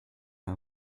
are